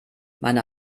meine